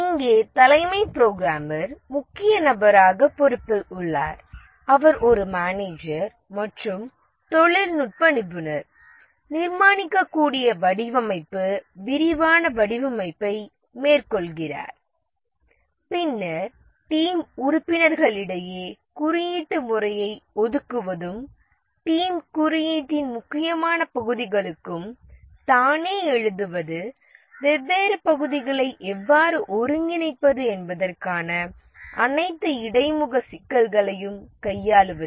இங்கே தலைமை புரோகிராமர் முக்கிய நபராக பொறுப்பில் உள்ளார் அவர் ஒரு மேனேஜர் மற்றும் தொழில்நுட்ப நிபுணர் நிர்மாணிக்கக்கூடிய வடிவமைப்பு விரிவான வடிவமைப்பை மேற்கொள்கிறார் பின்னர் டீம் உறுப்பினர்களிடையே குறியீட்டு முறையை ஒதுக்குவது டீம் குறியீட்டின் முக்கியமான பகுதிகளுக்கும் தானே எழுதுவது வெவ்வேறு பகுதிகளை எவ்வாறு ஒருங்கிணைப்பது என்பதற்கான அனைத்து இடைமுக சிக்கல்களையும் கையாளுவது